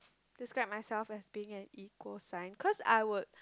describe myself as being an equal sign cause I would